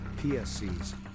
PSCs